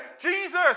Jesus